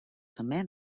també